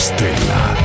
Stella